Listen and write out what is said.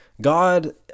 God